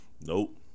Nope